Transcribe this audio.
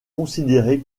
considéré